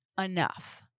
enough